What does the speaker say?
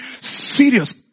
serious